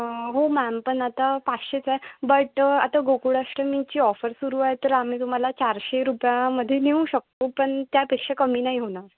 हो मॅम पण आता पाचशेच आहे बट आता गोकुळाष्टमीची ऑफर सुरू आहे तर आम्ही तुम्हाला चारशे रुपयामध्ये नेऊ शकतो पण त्यापेक्षा कमी नाही होणार